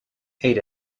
ate